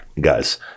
Guys